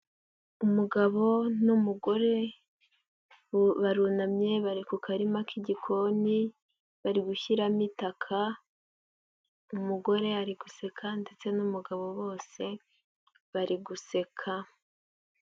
Umugabo n'umugore barunamye bari ku karima k'igikoni bari gushyiramo itaka, umugore ari guseka ndetse n'umugabo bose bari guseka.